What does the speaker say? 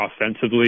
offensively